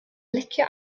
licio